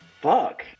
fuck